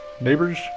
Neighbors